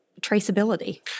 traceability